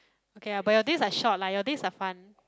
okay lah but your days are short lah your days are fun